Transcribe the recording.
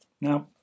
Now